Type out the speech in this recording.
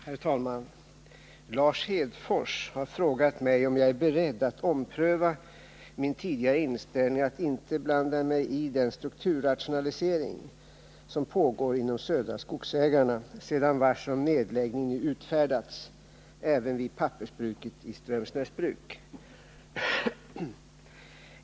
Herr talman! Lars Hedfors har frågat mig om jag är beredd att ompröva min tidigare inställning att inte blanda mig i den strukturrationalisering som pågår inom Södra Skogsägarna, sedan varsel om nedläggning nu utfärdats även vid pappersbruket i Strömsnäsbruk.